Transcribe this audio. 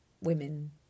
women